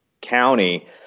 county